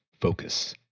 focus